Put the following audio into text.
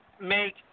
make